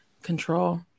control